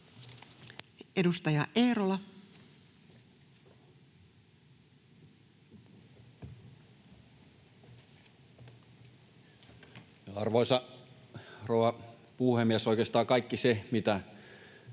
Edustaja Eerola. Arvoisa rouva puhemies! Oikeastaan kaikki se, mitä